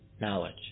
knowledge